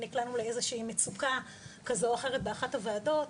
נקלענו לאיזה שהיא מצוקה כזו או אחרת באחת הוועדות,